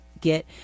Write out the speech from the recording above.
get